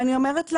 ואני אומרת לך,